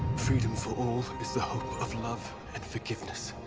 freedom for all is the hope of love and forgiveness.